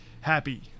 happy